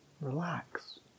Relax